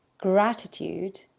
Gratitude